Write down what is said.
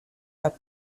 lab